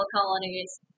colonies